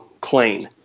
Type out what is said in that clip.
clean